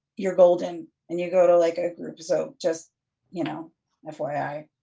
you're golden and you go to like a group, so just you know f y i.